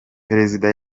perezida